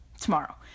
tomorrow